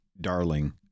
darling